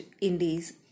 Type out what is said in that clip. Indies